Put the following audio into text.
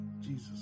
Jesus